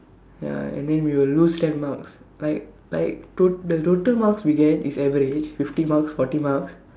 ya and then we will lose ten marks like like to~ the total marks we get is average fifty marks forty marks